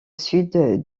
sud